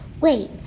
Wait